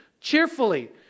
cheerfully